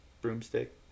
Broomstick